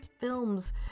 films